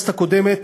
בכנסת הקודמת